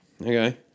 Okay